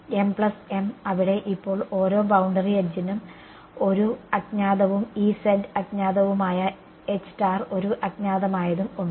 mm അവിടെ ഇപ്പോൾ ഓരോ ബൌണ്ടറി എഡ്ജിനുo ഒരു അജ്ഞാതവും അജ്ഞാതവുമായ ഒരു അജ്ഞാതമായതും ഉണ്ട്